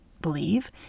believe